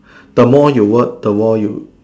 the more you work the more you